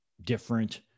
different